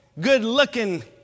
good-looking